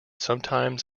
sometimes